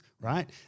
right